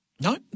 No